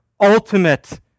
ultimate